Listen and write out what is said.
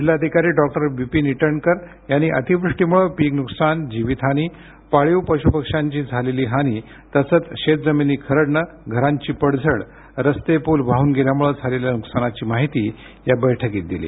जिल्हाधिकारी डॉक्टर विपिन ईटनकर यांनी अतिवृष्टीमूळे पिक नुकसान जीवीत हानी पाळीव पशूपक्षाची झालेली हानी तसंच शेत जमीनी खरडणे घरांची पडझड रस्ते पूल वाहन गेल्यामुळे झालेल्या नुकसानाची माहिती या बैठकीत दिली